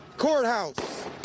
courthouse